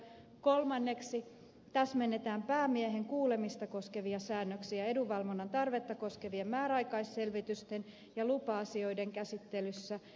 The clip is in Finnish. kolmanneksi täsmennetään päämiehen kuulemista koskevia säännöksiä edunvalvonnan tarvetta koskevien määräaikaisselvitysten ja lupa asioiden käsittelyssä